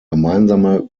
gemeinsame